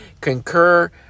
concur